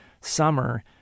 summer